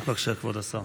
בבקשה, כבוד השר.